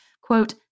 quote